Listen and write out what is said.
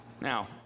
Now